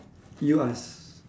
you ask